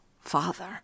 Father